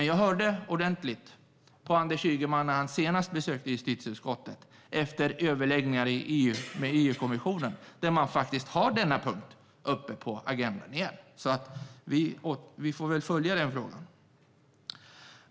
Jag lyssnade ordentligt på Anders Ygeman när han senast besökte justitieutskottet efter överläggningar med EU-kommissionen, där man faktiskt har denna punkt uppe på agendan igen, så vi får väl följa den frågan.